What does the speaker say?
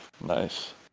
Nice